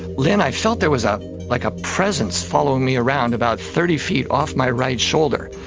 lynne, i felt there was um like a presence following me around about thirty feet off my right shoulder,